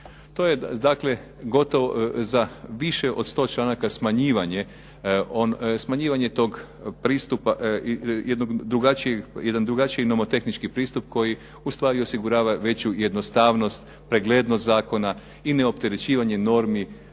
To je dakle, za više od 100 članaka smanjivanje tog pristupa, jedan drugačiji nomotehnički pristup koji u stvari osigurava veću jednostavnost, preglednost zakona i neopterećivanje normi